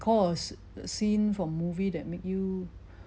recall a s~ scene from movie that make you